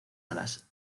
alas